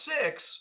six